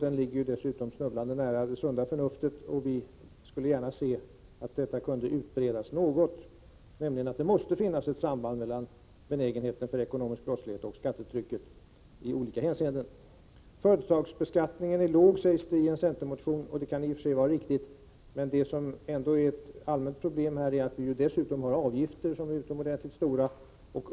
Den ligger dessutom snubblande nära det sunda förnuftet, och vi skulle gärna se att detta kunde utbredas något: Det måste finnas ett samband mellan benägenheten för ekonomisk brottslighet och skattetrycket i olika hänseenden. Företagsbeskattningen är låg, sägs det i en centermotion. Det kan i och för sig vara riktigt, men det som ändå är ett allmänt problem är att vi dessutom har utomordentligt stora avgifter.